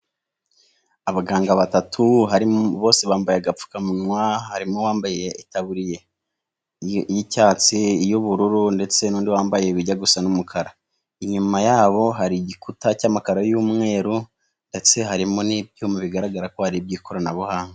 Abaganga batatu bose bambaye agapfukamunwa, harimo uwambayebu y'icyatsi, iy'ubururu, ndetse n'undi wambaye ibijya gusa n'umukara, inyuma yabo hari igikuta cy'amakaro y'umweru, ndetse harimo n'ibyuma bigaragara ko ari iby'ikoranabuhanga.